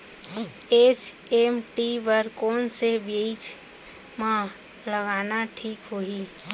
HMT बर कौन से बीज मा लगाना ठीक होही?